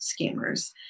scammers